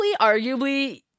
arguably